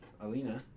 Alina